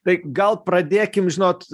tai gal pradėkim žinot